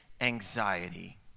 anxiety